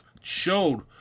showed